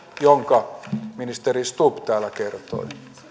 minkä ministeri stubb täällä kertoi